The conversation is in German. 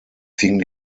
fing